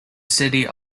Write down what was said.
city